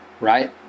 Right